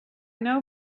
know